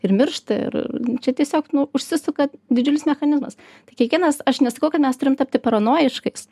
ir miršta ir čia tiesiog nu užsisuka didžiulis mechanizmas tai kiekvienas aš nesakau kad mes turim tapti paranojiškais